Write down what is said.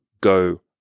go